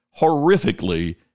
horrifically